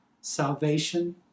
Salvation